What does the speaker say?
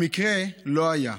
המקרה לא היה.